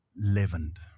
leavened